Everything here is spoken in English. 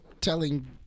telling